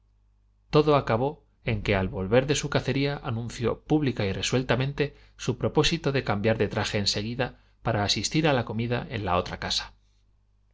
todo acabó en que al volver de su cacería anunció pública y resueltamente su propósito de cambiar de traje en seguida para asistir a la comida en la otra casa